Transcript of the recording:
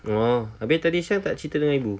oh habis tadi siang tak cerita dengan ibu